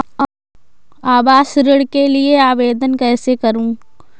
आवास ऋण के लिए आवेदन कैसे करुँ?